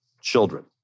children